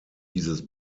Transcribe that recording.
dieses